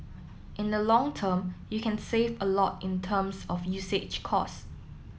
in the long term you can save a lot in terms of usage cost